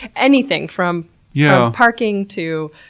anything, from yeah parking to?